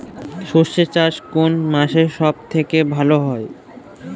সর্ষে চাষ কোন মাসে সব থেকে ভালো হয়?